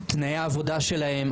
תנאי העבודה שלהם,